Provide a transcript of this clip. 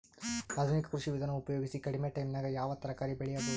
ಆಧುನಿಕ ಕೃಷಿ ವಿಧಾನ ಉಪಯೋಗಿಸಿ ಕಡಿಮ ಟೈಮನಾಗ ಯಾವ ತರಕಾರಿ ಬೆಳಿಬಹುದು?